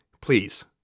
please